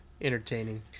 entertaining